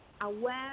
aware